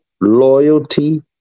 loyalty